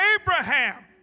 Abraham